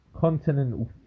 Continental